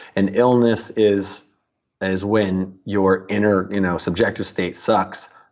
and illness is is when your inner you know subjective state sucks.